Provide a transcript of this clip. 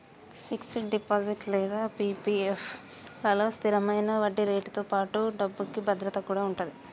fixed deposit లేదా PPF లలో స్థిరమైన వడ్డీరేటుతో పాటుగా డబ్బుకి భద్రత కూడా ఉంటది